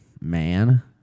man